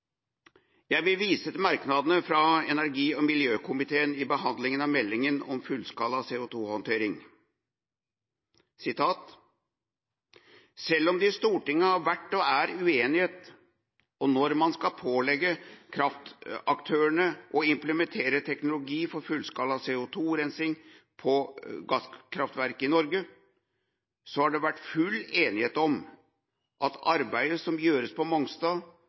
Jeg vil vise til merknadene fra energi- og miljøkomiteen i behandlinga av meldinga om fullskala CO2-håndtering: «Selv om det i Stortinget har vært og er uenighet om når man skal pålegge gasskraftaktører å implementere teknologi for fullskala CO2-rensing på gasskraftverk i Norge, så har det vært full enighet om at arbeidet som gjøres på Mongstad